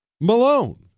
Malone